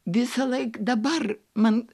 visąlaik dabar man